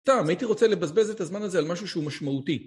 טעם, הייתי רוצה לבזבז את הזמן הזה על משהו שהוא משמעותי.